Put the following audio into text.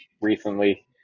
recently